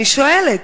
אני שואלת,